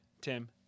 Tim